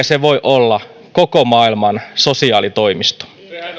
se voi olla koko maailman sosiaalitoimisto